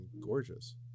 gorgeous